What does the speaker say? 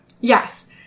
Yes